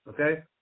Okay